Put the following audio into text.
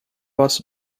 was